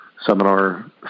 seminar